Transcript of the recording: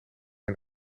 een